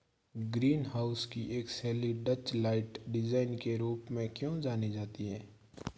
Green house की एक शैली डचलाइट डिजाइन के रूप में क्यों जानी जाती है?